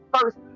first